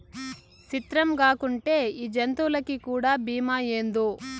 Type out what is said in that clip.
సిత్రంగాకుంటే ఈ జంతులకీ కూడా బీమా ఏందో